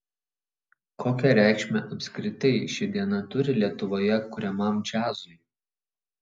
kokią reikšmę apskritai ši diena turi lietuvoje kuriamam džiazui